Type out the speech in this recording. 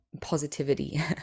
positivity